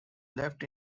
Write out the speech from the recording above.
left